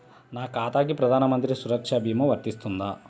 నా ఖాతాకి ప్రధాన మంత్రి సురక్ష భీమా వర్తిస్తుందా?